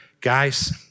guys